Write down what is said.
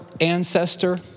ancestor